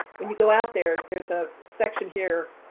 when you go out there, there's a section here